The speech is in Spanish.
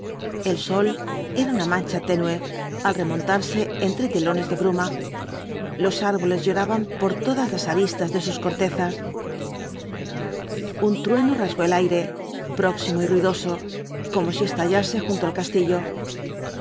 el sol era una mancha tenue al remontarse entre telones de bruma los árboles lloraban por todas las aristas de sus cortezas ün trueno rasgó el aire próximo y ruidoso como si estallase junto al castillo